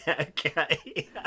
Okay